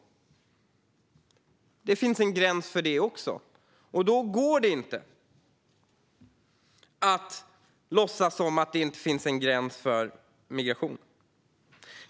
Även här finns en gräns, och då går det inte att låtsas som att det inte finns någon gräns för migrationen.